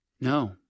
No